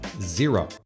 zero